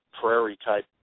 prairie-type